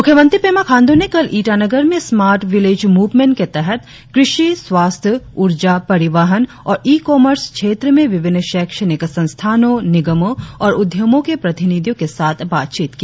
मुख्यमंत्री पेमा खाण्डू ने कल ईटानगर में स्मार्ट विलेज मूवमेंट के तहत कृषि स्वास्थ्य ऊर्जा परिवहन और ई कॉमर्स क्षेत्र में विभिन्न शैक्षणिक संस्थानों निगमों और उद्यमों के प्रतिनिधियों के साथ बातचीत की